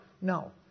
No